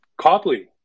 Copley